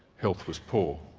health was poor.